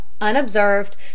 unobserved